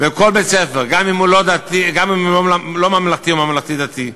ובכל בית-ספר, גם אם הוא לא ממלכתי או ממלכתי-דתי.